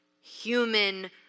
human